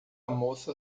moça